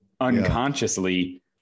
unconsciously